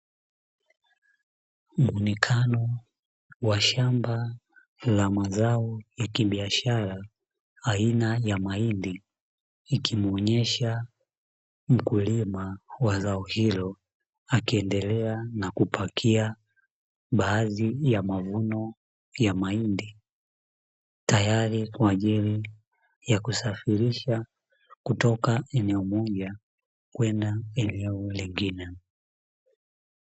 Muonekano wa shamba la mazao ya kibiashara aina ya mahindi, ikimuonyesha mkulima wa zao hilo akiendelea na kupakia baadhi ya mavuno ya mahindi, tayari kwa ajili ya kusafirisha kutoka eneo moja kwenda eneo lingine.